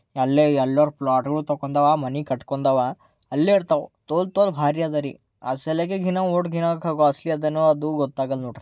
ಅಲ್ಲೇ ಎಲ್ಲರು ಪ್ಲಾಟ್ಗಳು ತೊಗೊಂಡಾವೆ ಮನೆ ಕಟ್ಕೊಂಡಾವೆ ಅಲ್ಲೇ ಇರ್ತಾವೆ ತೋಲ್ ತೋಲ್ ಭಾರಿ ಅದ ರೀ ಅದ್ಸಲೇಗೆ ಕ್ವಾಸ್ಲಿ ಇದೆನಾ ಅದು ಗೊತ್ತಾಗೊಲ್ಲ ನೋಡ್ರಿ